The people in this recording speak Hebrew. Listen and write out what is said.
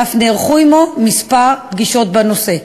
ואף נערכו עמו כמה פגישות בנושא,